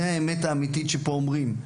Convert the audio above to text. זו האמת האמיתית שפה אומרים.